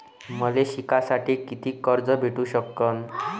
मले शिकासाठी कितीक कर्ज भेटू सकन?